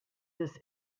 this